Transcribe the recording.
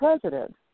president